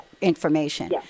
information